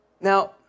Now